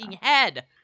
head